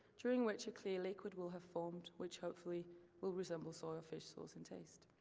during which a clear liquid will have formed, which hopefully will resemble soy or fish sauce in taste.